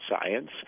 science